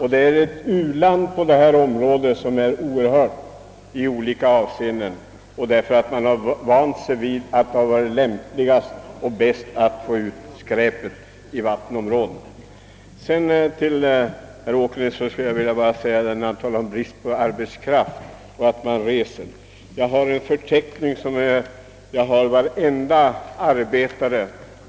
Hela området har blivit ett u-land på grund av att man har vant sig vid att det enklaste sättet att göra sig av med skräp har varit att låta det hamna i vattnet. Herr Åkerlind talade om att det råder brist på arbetskraft emedan arbetarna reser till tätorterna för att arbeta.